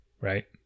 right